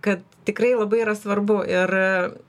kad tikrai labai yra svarbu ir